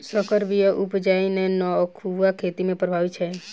सँकर बीया उपजेनाइ एखुनका खेती मे प्रभावी छै